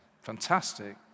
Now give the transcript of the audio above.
fantastic